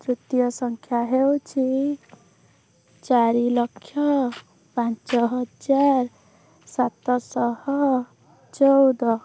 ତୃତୀୟ ସଂଖ୍ୟା ହେଉଛି ଚାରି ଲକ୍ଷ ପାଞ୍ଚ ହଜାର ସାତ ଶହ ଚଉଦ